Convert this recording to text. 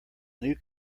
new